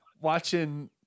watching